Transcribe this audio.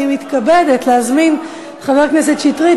אני מתכבדת להזמין את חבר הכנסת שטרית,